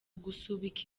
gusubika